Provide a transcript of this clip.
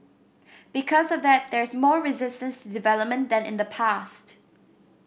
because of that there's more resistance to development than in the past